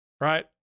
right